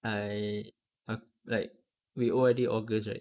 I ak~ like we O_R_D august right